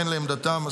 שכן לעמדתם,